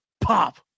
pop